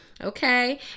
okay